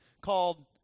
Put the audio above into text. called